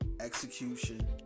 Execution